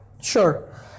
Sure